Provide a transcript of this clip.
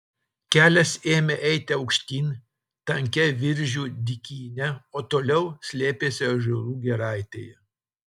kelias ėmė eiti aukštyn tankia viržių dykyne o toliau slėpėsi ąžuolų giraitėje